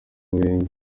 murenge